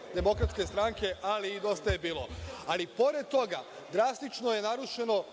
poslanička grupa DS, ali i DJB.Ali, pored toga, drastično je narušeno